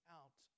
out